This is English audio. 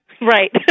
Right